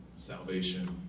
Salvation